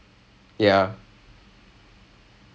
and அதுவே:athuve becomes like their skill